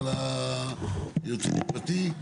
היועץ המשפטי?